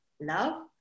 love